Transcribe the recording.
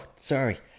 sorry